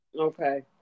Okay